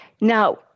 now